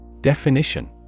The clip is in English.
Definition